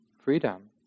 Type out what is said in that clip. freedom